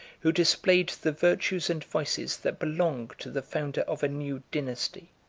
who displayed the virtues and vices that belong to the founder of a new dynasty.